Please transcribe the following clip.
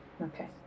Okay